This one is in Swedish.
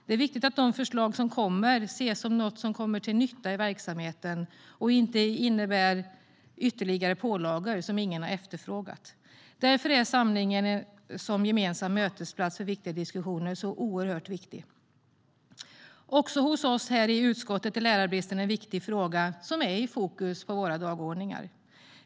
Det är viktigt att de förslag som kommer ses som något som är till nytta i verksamheten och inte innebär ytterligare pålagor som ingen har efterfrågat. Därför är samlingen oerhört viktig som gemensam mötesplats för viktiga diskussioner. Också hos oss här i utskottet är lärarbristen en viktig fråga som är i fokus på våra dagordningar.